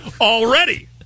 already